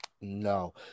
No